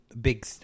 big